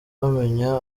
bamenya